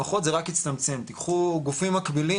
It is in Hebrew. לפחות זה רק הצטמצם, תקחו גופים מקבילים,